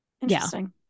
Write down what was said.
Interesting